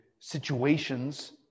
Situations